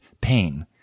pain